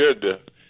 good